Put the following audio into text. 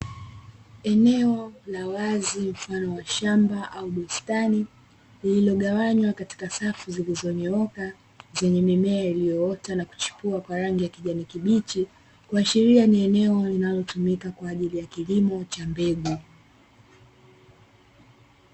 Eneo la wazi mfano wa shamba au bustani lililogawanywa katika safu zilizonyooka, zenye mimea iliyoota na kuchipua kwa rangi ya kijani kibichi, kuashiria ni eneo linalotumika kwa ajili ya kilimo cha mbegu.